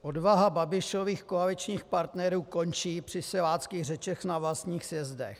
Odvaha Babišových koaličních partnerů končí při siláckých řečech na vlastních sjezdech.